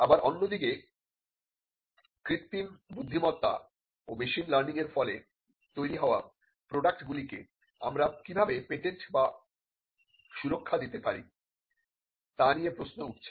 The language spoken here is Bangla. আবার অন্যদিকে আর্টিফিশিয়াল ইন্টেলিজেন্স এবং মেশিন লার্নিংয়ের ফলে তৈরি হওয়া প্রোডাক্ট গুলিকে আমরা কিভাবে পেটেন্ট বা সুরক্ষা দিতে পারি তা নিয়ে প্রশ্ন উঠছে